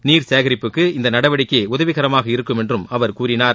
நீர் சேகரிப்புக்கு இந்த நடவடிக்கை உதவிகரமாக இருக்கும் என்றும் அவர் கூறினார்